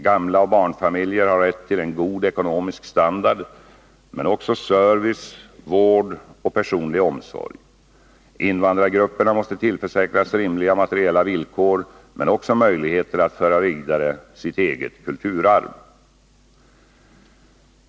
Gamla och barnfamiljer har rätt till en god ekonomisk standard men också service, vård och personlig omsorg. Invandrargrupperna måste tillförsäkras rimliga materiella villkor men också möjligheter att föra vidare sitt eget kulturarv.